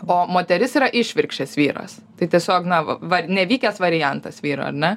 o moteris yra išvirkščias vyras tai tiesiog na va nevykęs variantas vyro ar ne